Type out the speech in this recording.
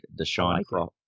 Deshaun